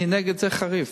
אני נגד זה בחריפות,